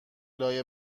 لای